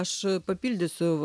aš papildysiu